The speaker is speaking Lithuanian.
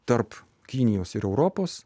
tarp kinijos ir europos